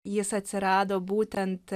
jis atsirado būtent